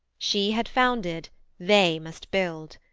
she had founded they must build.